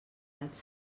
xats